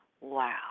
Wow